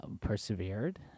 persevered